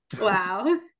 Wow